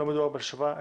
לא מדובר בהשבה,